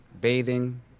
bathing